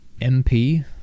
MP